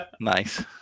Nice